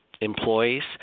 employees